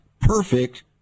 perfect